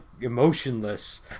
emotionless